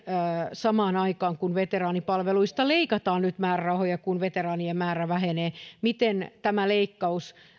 samaan aikaan kun veteraanipalveluista leikataan määrärahoja nyt kun veteraanien määrä vähenee tämä leikkaus